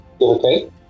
Okay